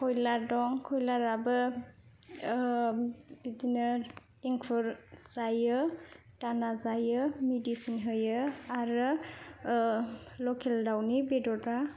कयलार दं कयलाराबो बिदिनो एंखुर जायो दाना जायो मेडिसिन होयो आरो लकेल दाउनि बेदरफोरा